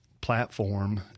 platform